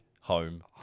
home